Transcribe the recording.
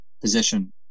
position